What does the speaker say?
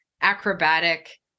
acrobatic